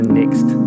next